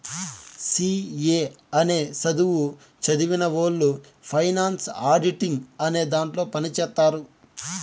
C A అనే సధువు సదివినవొళ్ళు ఫైనాన్స్ ఆడిటింగ్ అనే దాంట్లో పని చేత్తారు